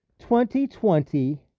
2020